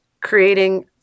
creating